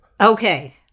Okay